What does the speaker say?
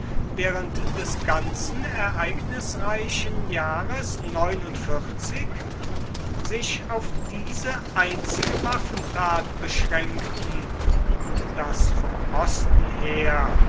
während des ganzen ereignisreichen jahres sich auf diese einzige waffentat beschränkten und daß vom osten her